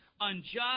unjust